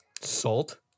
salt